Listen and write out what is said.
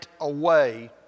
away